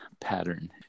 pattern